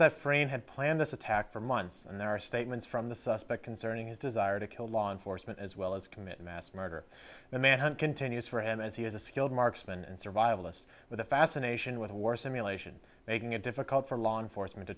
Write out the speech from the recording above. that brain had planned this attack for months and there are statements from the suspect concerning his desire to kill law enforcement as well as commit mass murder the manhunt continues for and as he is a skilled marksman survivalist with a fascination with war simulation making it difficult for law enforcement to